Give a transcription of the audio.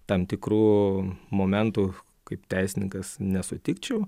tam tikrų momentų kaip teisininkas nesutikčiau